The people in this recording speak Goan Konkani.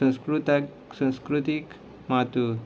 संस्कृताय संस्कृतीक मात